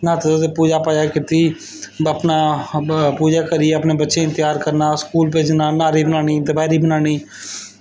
न्हाते ते पूजा कीती ते पूजा करियै अपने बच्चें ई त्यार करना सबेरै रुट्टी बनानी दपैह्रीं बनानी